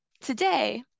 today